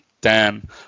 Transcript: Dan